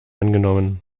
angenommen